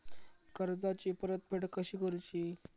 कर्जाची परतफेड कशी करुची?